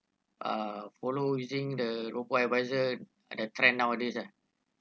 uh follow using the robo advisor at the trend nowadays ah